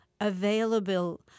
available